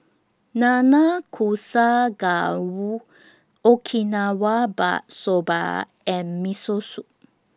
Nanakusa Gayu Okinawa Soba and Miso Soup